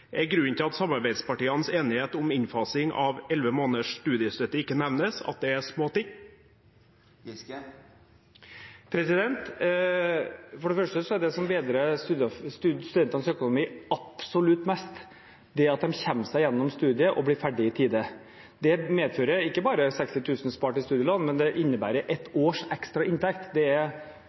Er grunnen til at samarbeidspartienes enighet om innfasing av elleve måneders studiestøtte ikke nevnes, at det er «små ting»? For det første er det som vedrører studentenes økonomi absolutt mest, at de kommer seg gjennom studiet og blir ferdig i tide. Det medfører ikke bare 60 000 kr spart i studielån, men det innebærer et års ekstra inntekt, og det er